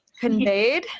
conveyed